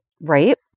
Right